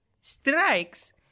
strikes